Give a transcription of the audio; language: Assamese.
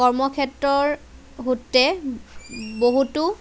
কৰ্মক্ষেত্ৰৰ সূত্ৰে বহুতো